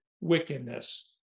wickedness